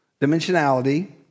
Dimensionality